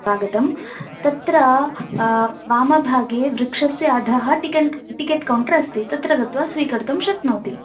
स्वागतं तत्र वामभागे वृक्षस्य अधः टिकेण्ट् टिकेट् कौण्टर् अस्ति गत्त्वा स्वीकर्तुं शक्नोति